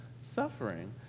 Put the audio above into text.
suffering